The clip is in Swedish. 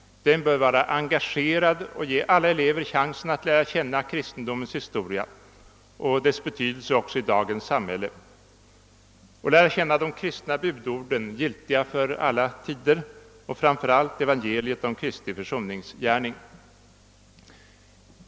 Den bör vara engagerad och ge alla elever chansen att lära känna kristendomens historia och dess betydelse också i dagens samhälle samt de kristna budorden, giltiga för alla tider och framför allt evangeliet om Kristi försoningsgärning.